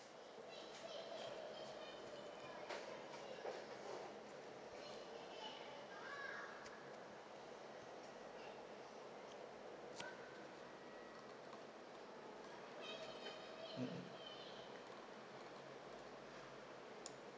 mm mm